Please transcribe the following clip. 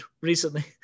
recently